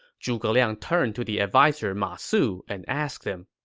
zhuge liang turned to the adviser ma su and asked him,